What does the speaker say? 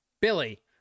Billy